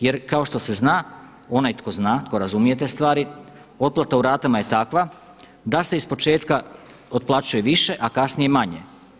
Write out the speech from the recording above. Jer kao što se zna onaj tko zna, tko razumije te stvari, otplata u ratama je takva da se iz početka otplaćuje više, a kasnije manje.